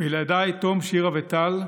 לילדיי תום, שירה וטל,